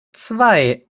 zwei